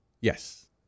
Yes